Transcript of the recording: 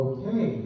Okay